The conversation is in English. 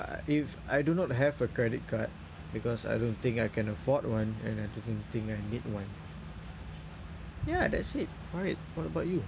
uh if I do not have a credit card because I don't think I can afford one and I didn't think I need one ya that's it alright what about you